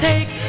Take